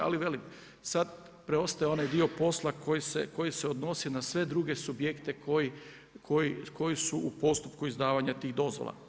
Ali velim, sada preostaje onaj dio posla koji se odnosi na sve druge subjekte koji, koji su u postupku izdavanja tih dozvola.